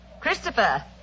Christopher